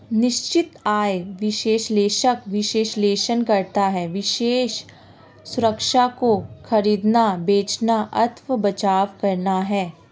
निश्चित आय विश्लेषक विश्लेषण करता है विशेष सुरक्षा को खरीदना, बेचना अथवा बचाव करना है